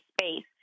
space